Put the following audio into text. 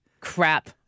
Crap